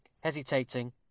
hesitating